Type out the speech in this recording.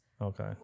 Okay